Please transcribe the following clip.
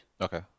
Okay